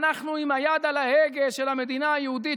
אנחנו עם היד על ההגה של המדינה היהודית,